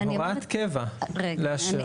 הוראת קבע לאשר,